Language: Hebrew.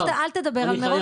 אל תדבר על זה.